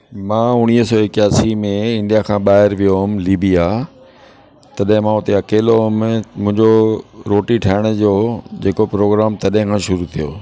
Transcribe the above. मां उणिवीह सौ एकासी में इंडिया खां ॿाहिरि वियो हुउमि लीबिया तॾहिं मां हुते अकेलो हुउमि मुंहिंजो रोटी ठाहिण जो जेको प्रोग्राम तॾहिं खां शुरू थियो